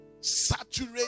Saturate